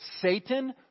Satan